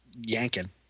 yanking